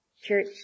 church